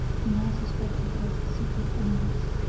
he now suspected as secret enemies.